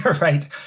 Right